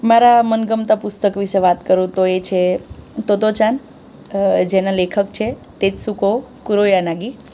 મારા મનગમતા પુસ્તક વિશે વાત કરું તો એ છે તોત્તો ચાન જેના લેખક છે તેત્સૂકો કુરોયાનાગી